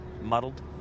muddled